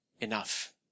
enough